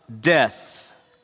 death